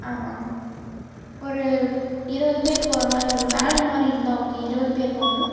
ஆமாங்கண்ணா ஒரு இருபது பேர் போகிறமாதிரி ஒரு வேன் மாதிரி இருந்தால் ஓகே இருபது பேர் போகணும்